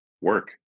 work